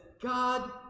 God